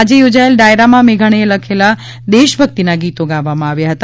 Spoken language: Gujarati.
આજે યોજાયેલ ડાયરામાં મેઘાણીએ લખેલા દેશ ભકિતના ગીતો ગાવામાં આવ્યા હતા